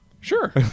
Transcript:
Sure